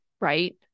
right